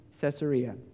Caesarea